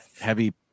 heavy